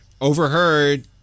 overheard